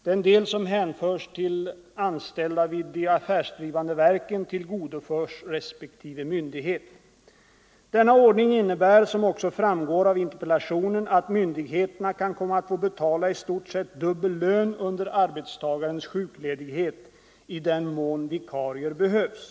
Den del som hänförs till anställda vid de affärsdrivande verken tillgodoförs respektive myndighet. Denna ordning innebär som också framgår av interpellationen att myndigheterna kan komma att få betala i stort sett dubbel lön under arbetstagarens sjukledighet, i den mån vikarier behövs.